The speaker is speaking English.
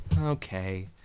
Okay